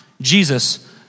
Jesus